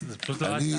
הוא צריך 40% לא לעסקה,